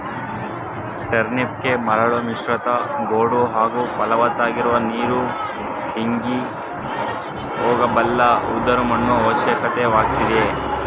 ಟರ್ನಿಪ್ಗೆ ಮರಳು ಮಿಶ್ರಿತ ಗೋಡು ಹಾಗೂ ಫಲವತ್ತಾಗಿರುವ ನೀರು ಇಂಗಿ ಹೋಗಬಲ್ಲ ಉದುರು ಮಣ್ಣು ಅವಶ್ಯಕವಾಗಯ್ತೆ